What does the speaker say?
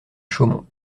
chaumont